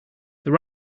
that